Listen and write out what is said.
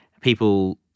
people